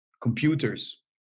computers